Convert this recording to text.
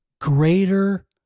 greater